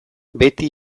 beti